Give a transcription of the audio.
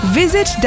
visit